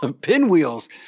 Pinwheels